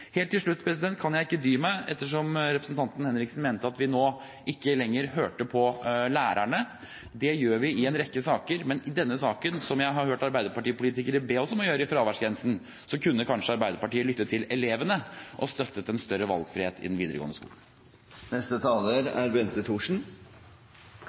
Helt til slutt kan jeg ikke dy meg ettersom representanten Henriksen mente at vi nå ikke lenger hører på lærerne: Det gjør vi i en rekke saker, men i denne saken kunne kanskje Arbeiderpartiet lytte til elevene – som jeg har hørt arbeiderpartipolitikere be oss om å gjøre i forbindelse med fraværsgrensen – og støtte en større valgfrihet i den videregående skolen.